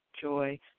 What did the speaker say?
joy